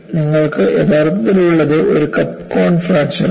നിങ്ങൾക്ക് യഥാർത്ഥത്തിൽ ഉള്ളത് ഒരു കപ്പ് കോൺ ഫ്രാക്ചർ ആണ്